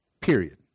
period